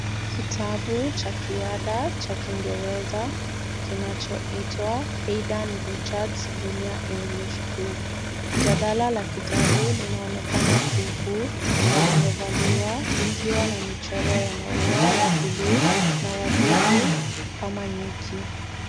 Kitabu cha kiada cha kingereza kinachoitwa Haydn Richards Junior English 2. Jalada la kitabu linaonekana kuku na limevaliwa , likiwa na michoro ya maua ya bluu na wadudu kama nyuki.